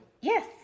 Yes